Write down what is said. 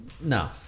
No